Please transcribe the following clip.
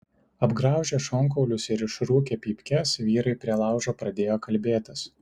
apgraužę šonkaulius ir išrūkę pypkes vyrai prie laužo pradėjo kalbėtis